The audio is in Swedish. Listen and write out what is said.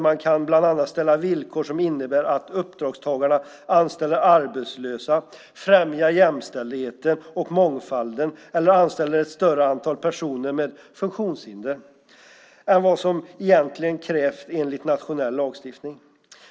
Man kan bland annat ställa villkor som innebär att uppdragstagarna anställer arbetslösa, främjar jämställdheten och mångfalden eller anställer ett större antal personer med funktionshinder än vad som egentligen krävs enligt nationell lagstiftning.